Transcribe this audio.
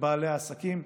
לבעלי העסקים.